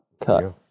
Cut